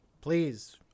please